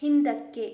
ಹಿಂದಕ್ಕೆ